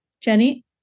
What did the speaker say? Jenny